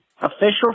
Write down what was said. official